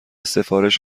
سفارش